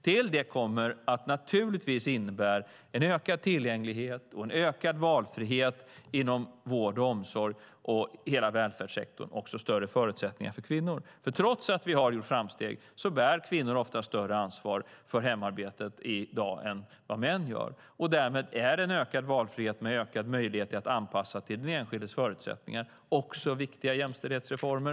Till det kommer att en ökad tillgänglighet och en ökad valfrihet inom vård och omsorg och hela välfärdssektorn naturligtvis innebär bättre förutsättningar för kvinnor. Trots att vi har gjort framsteg bär kvinnor ofta större ansvar för hemarbetet i dag än vad män gör. Därmed är en ökad valfrihet och ökade möjligheter att anpassa till den enskildes förutsättningar också viktiga jämställdhetsreformer.